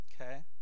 Okay